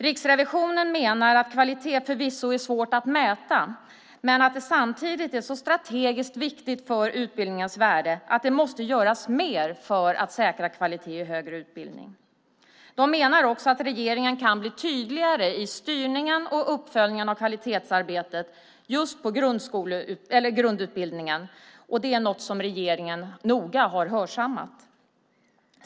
Riksrevisionen menar att kvalitet förvisso är svår att mäta men att det samtidigt är så strategiskt viktigt för utbildningens värde att det måste göras mer för att säkra kvalitet i högre utbildning. Man menar också att regeringen kan bli tydligare i styrningen och uppföljningen av kvalitetsarbetet just på grundutbildningen, och det är något som regeringen noga har hörsammat.